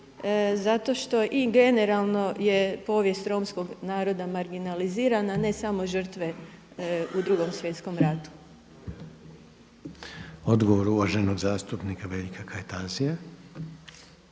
zato što i generalno je povijest romskog naroda marginalizirana, a ne samo žrtve u Drugom svjetskom ratu. **Reiner, Željko (HDZ)** Odgovor uvaženog zastupnika Veljka Kajtazija.